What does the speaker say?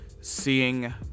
seeing